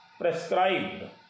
Prescribed